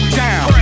down